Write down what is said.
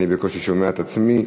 אני בקושי שומע את עצמי,